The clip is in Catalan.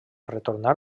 retornar